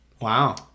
Wow